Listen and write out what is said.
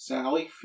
Sally